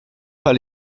pas